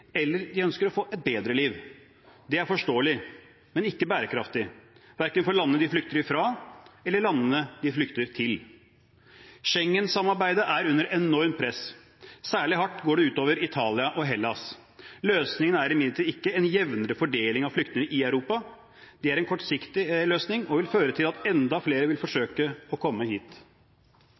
eller fordi de ønsker å få et bedre liv. Det er forståelig, men ikke bærekraftig, verken for landene de flykter fra, eller for landene de flykter til. Schengen-samarbeidet er under enormt press. Særlig hardt går det ut over Italia og Hellas. Løsningen er imidlertid ikke en jevnere fordeling av flyktningene i Europa. Det er en kortsiktig løsning og vil føre til at enda flere vil forsøke å komme hit.